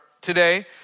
today